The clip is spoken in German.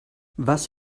was